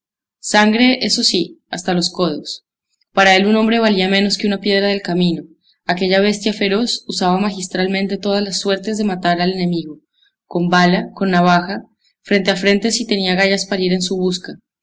sangre eso sí hasta los codos para él un hombre valía menos que una piedra del camino aquella bestia feroz usaba magistralmente todas las suertes de matar al enemigo con bala con navaja frente a frente si tenían agallas para ir en su busca